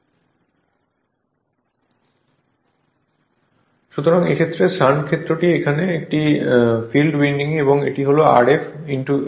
পড়ুন স্লাইড সময় 1152 সুতরাং এক্ষেত্রে শান্ট ক্ষেত্রটি এখানে এটি হল ফিল্ড উইন্ডিং এবং এটি হল Rf